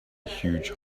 huge